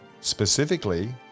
Specifically